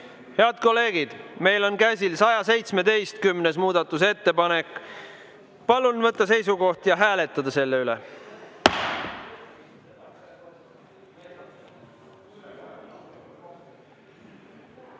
Head kolleegid, meil on käsil 117. muudatusettepanek. Palun võtta seisukoht ja hääletada selle üle!